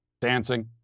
dancing